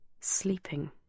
Sleeping